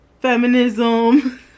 feminism